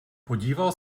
podíval